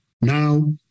now